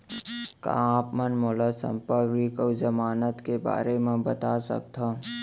का आप मन मोला संपार्श्र्विक अऊ जमानत के बारे म बता सकथव?